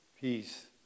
peace